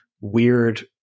weird